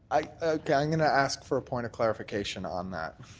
i'm going going to ask for a point of clarification on that.